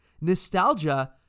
nostalgia